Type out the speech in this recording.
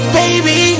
baby